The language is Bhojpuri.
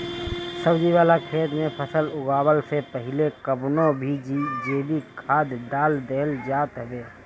सब्जी वाला खेत में फसल उगवला से पहिले कवनो भी जैविक खाद डाल देहल जात हवे